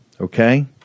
okay